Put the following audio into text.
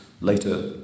later